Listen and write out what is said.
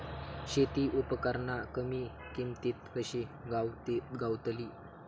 शेती उपकरणा कमी किमतीत कशी गावतली?